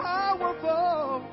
powerful